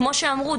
כמו שאמרו,